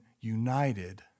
united